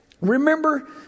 Remember